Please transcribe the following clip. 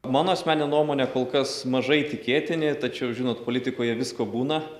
mano asmenine nuomone kol kas mažai tikėtini tačiau žinot politikoje visko būna